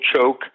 choke